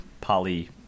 poly